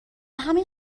همین